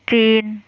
तीन